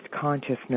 consciousness